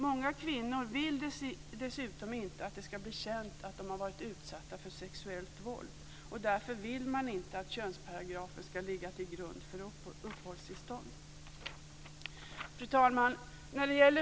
Många kvinnor vill dessutom inte att det ska bli känt att de har blivit utsatta för sexuellt våld, och därför vill de inte att könsparagrafen ska ligga till grund för uppehållstillstånd. Fru talman!